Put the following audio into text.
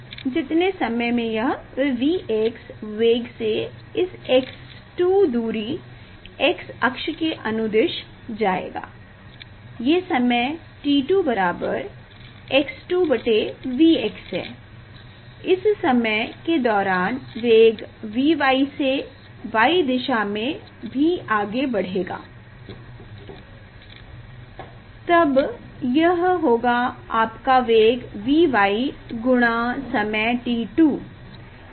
जितने समय में यह Vx वेग से इस x2 दूरी x अक्ष के अनुदिश जाएगा ये समय t2 x2Vx है इस समय के दौरान वेग Vy से ये y दिशा में भी आगे बढ़ेगा तब यह होगा आपका वेग Vy गुणा समय t2